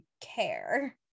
care